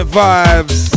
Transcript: vibes